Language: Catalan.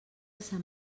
sant